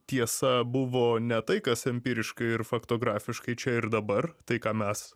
tiesa buvo ne tai kas empiriška ir faktografiškai čia ir dabar tai ką mes